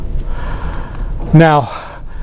Now